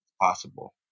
possible